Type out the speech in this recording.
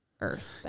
earth